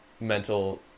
mental